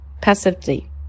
passively